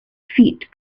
feet